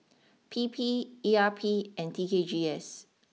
P P E R P and T K G S